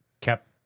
kept